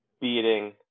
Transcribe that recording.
beating